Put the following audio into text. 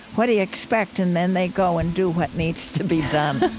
what do you expect? and then they go and do what needs to be done